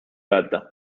għadda